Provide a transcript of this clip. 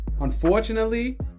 Unfortunately